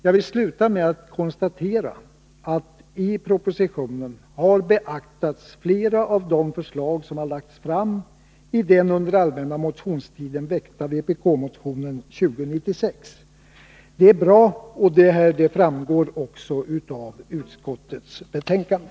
Jag vill sluta med att konstatera att i propositionen har beaktats flera av de förslag som lagts fram i den under allmänna motionstiden väckta vpk-motionen 2096. Det är bra. Detta förhållande framgår också av utskottets betänkande.